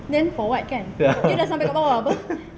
ya